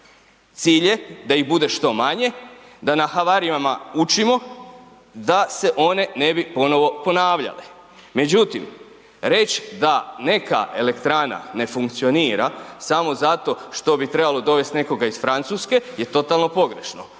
Cilj je da ih bude što manje, da na havarijama učimo da se one ne bi ponovno ponavljali međutim reći da neka elektrana ne funkcionira samo zato što bi trebalo dovesti nekoga iz Francuske je totalno pogrešno.